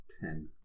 ten